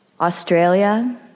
Australia